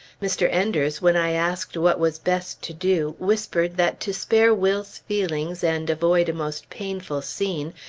mr. enders, when i asked what was best to do, whispered that to spare will's feelings, and avoid a most painful scene,